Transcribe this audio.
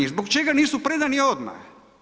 Zbog čega nisu predani odmah?